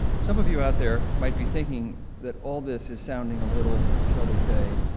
some of you out there might be thinking that all this is sounding a little, shall we say,